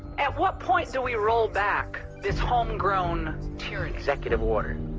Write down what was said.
at what point do we roll back this homegrown tyranny. executive order.